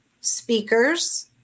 speakers